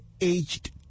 aged